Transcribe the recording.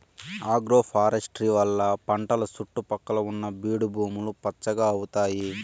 agroforestry వల్ల పంటల సుట్టు పక్కల ఉన్న బీడు భూములు పచ్చగా అయితాయి